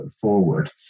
forward